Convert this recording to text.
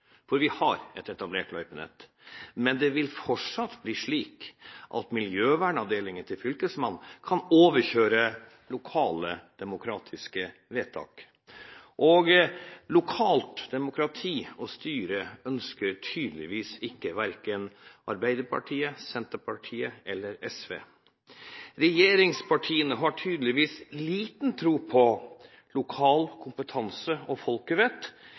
fortsatt bli slik at Fylkesmannens miljøvernavdeling kan overkjøre lokale demokratiske vedtak, og lokalt demokrati og lokalt styre ønsker tydeligvis verken Arbeiderpartiet, Senterpartiet eller SV. Regjeringspartiene har tydeligvis liten tro på lokal kompetanse og